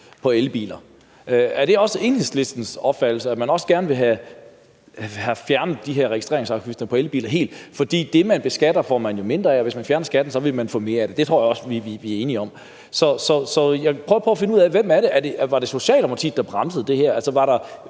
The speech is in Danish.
på elbiler. Er det også Enhedslistens opfattelse, at man gerne vil have fjernet de her registreringsafgifter på elbiler helt? For det, man beskatter, får man jo mindre af, og hvis man fjerner skatten, ville man få mere af det. Det tror jeg vi er enige om. Så jeg vil prøve at finde ud af, hvem der bremsede det her. Var det Socialdemokratiet, der bremsede det her?